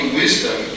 wisdom